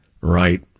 Right